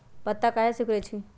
पत्ता काहे सिकुड़े छई?